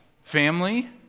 Family